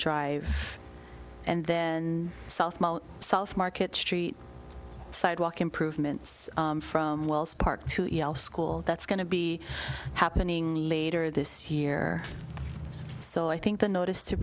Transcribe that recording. drive and then south south market street sidewalk improvements from wells park to yell school that's going to be happening later this year so i think the notice to